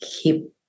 keep